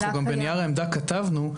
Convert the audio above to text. אנחנו גם בנייר העמדה כתבנו,